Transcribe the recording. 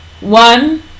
One